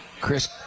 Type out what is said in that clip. Chris